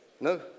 No